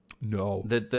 No